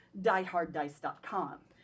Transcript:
DieHardDice.com